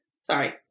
Sorry